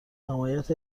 حمایت